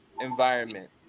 environment